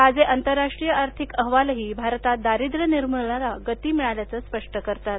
ताजे आंतरराष्ट्रीय आर्थिक अहवालही भारतात दारिद्र्य निर्मूलनाला गती मिळाल्याचं स्पष्ट करतात